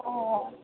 অ